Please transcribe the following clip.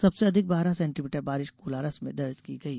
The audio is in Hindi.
सबसे अधिक बारह सेन्टीमीटर बारिश कोलारस में दर्ज की गयी